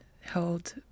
held